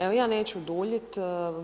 Evo, ja neću duljiti.